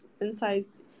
insights